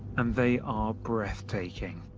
and they are breathtaking.